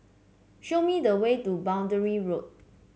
show me the way to Boundary Road